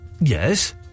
Yes